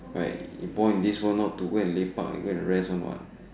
right you born in this world not to lepak and go and rest one what